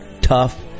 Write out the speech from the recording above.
tough